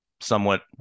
somewhat